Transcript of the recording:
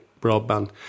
broadband